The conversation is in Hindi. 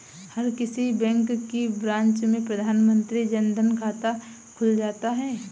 हर किसी बैंक की ब्रांच में प्रधानमंत्री जन धन खाता खुल जाता है